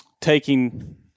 taking